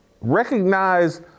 Recognize